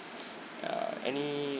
err any